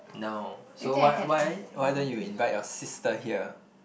no so why why why don't you invite your sister here